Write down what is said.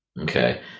Okay